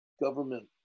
government